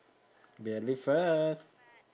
we'll be first